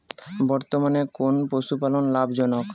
বর্তমানে কোন পশুপালন লাভজনক?